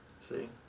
see